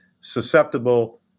susceptible